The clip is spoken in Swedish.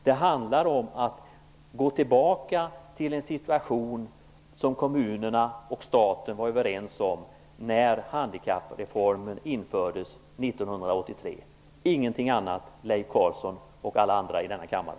Det handlar om att gå tillbaka till en situation som kommunerna och staten var överens om 1983, då handikappreformen infördes - ingenting annat, Leif Carlson och alla andra i denna kammare!